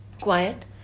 quiet